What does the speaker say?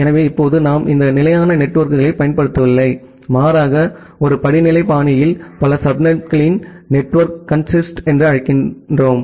எனவே இப்போது நாம் இந்த நிலையான நெட்வொர்க்குகளைப் பயன்படுத்தவில்லை மாறாக ஒரு படிநிலை பாணியில் பல சப்நெட்களின் நெட்வொர்க் கன்சிஸ்ட் என்று சொல்கிறோம்